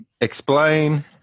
explain